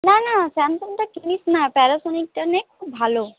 না না স্যামসংটা কিনিস না প্যারাসোনিকটা নে খুব ভালো